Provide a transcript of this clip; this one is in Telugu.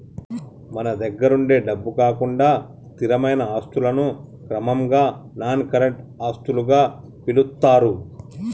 మన దగ్గరుండే డబ్బు కాకుండా స్థిరమైన ఆస్తులను క్రమంగా నాన్ కరెంట్ ఆస్తులుగా పిలుత్తారు